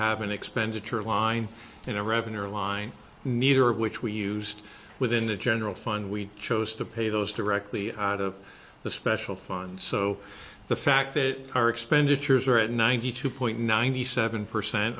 an expenditure line in a revenue line neither of which we used within the general fund we chose to pay those directly out of the special fund so the fact that our expenditures are at ninety two point nine the seven percent